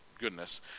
goodness